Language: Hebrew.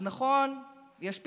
אז נכון, יש פיצוי,